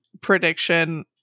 prediction